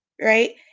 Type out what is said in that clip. Right